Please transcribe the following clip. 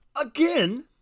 again